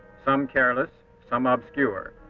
some careless, some ah obscure.